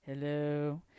Hello